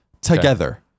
together